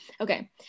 Okay